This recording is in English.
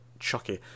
Chucky